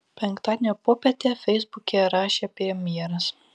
penktadienio popietę feisbuke rašė premjeras